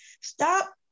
Stop